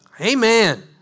Amen